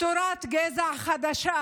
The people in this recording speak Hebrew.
תורת גזע חדשה,